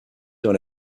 dans